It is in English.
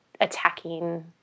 attacking